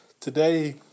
today